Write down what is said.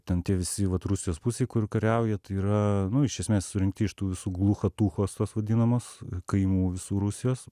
ten tie visi vat rusijos pusėj kur kariauja tai yra nu iš esmės surinkti iš tų visų gluchatūchos tos vadinamos kaimų visų rusijos